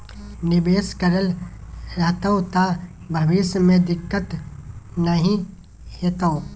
निवेश करल रहतौ त भविष्य मे दिक्कत नहि हेतौ